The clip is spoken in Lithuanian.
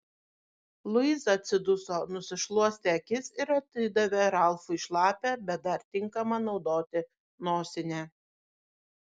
luiza atsiduso nusišluostė akis ir atidavė ralfui šlapią bet dar tinkamą naudoti nosinę